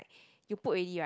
you put already right